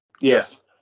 Yes